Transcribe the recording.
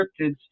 cryptids